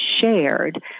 shared